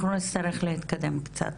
אנחנו נצטרך להתקדם קצת.